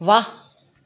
वाह